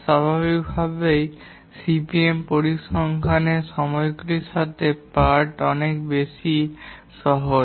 স্বাভাবিকভাবেই সিপিএম পরিসংখ্যানের সময়গুলির সাথে পার্ট অনেক বেশি সহজ